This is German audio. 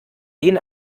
gehen